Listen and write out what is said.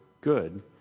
good